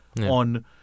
on